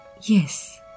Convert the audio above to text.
Yes